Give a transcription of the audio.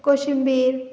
कोशिंबीर